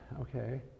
Okay